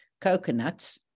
coconuts